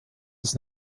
des